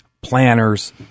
planners